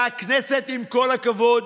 והכנסת, עם כל הכבוד,